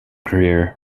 career